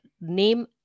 name